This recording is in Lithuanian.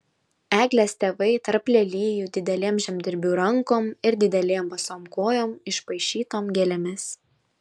eglės tėvai tarp lelijų didelėm žemdirbių rankom ir didelėm basom kojom išpaišytom gėlėmis